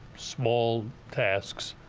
small tasks.